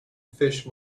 fish